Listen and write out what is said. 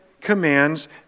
commands